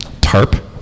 Tarp